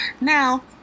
Now